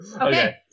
Okay